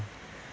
inheritance